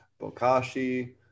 bokashi